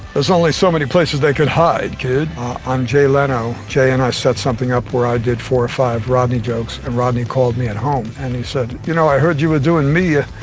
there's only so many places they could hide, kid. on jay leno, jay and i set something up where i did four or five rodney jokes and rodney called me at home and he said, you know i heard you were doing me, ah